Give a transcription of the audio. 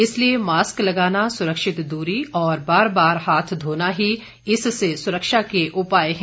इसलिए मास्क लगाना सुरक्षित दूरी और बार बार हाथ धोना ही इससे सुरक्षा के उपाय हैं